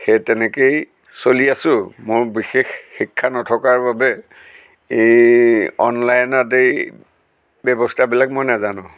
সেই তেনেকেই চলি আছোঁ মোৰ বিশেষ শিক্ষা নথকাৰ বাবে এই অনলাইনত এই ব্যৱস্থাবিলাক মই নাজানো